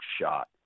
shot